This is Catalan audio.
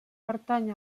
pertany